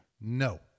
No